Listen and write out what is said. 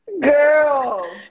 Girl